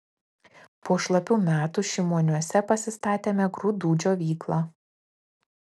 po šlapių metų šimoniuose pasistatėme grūdų džiovyklą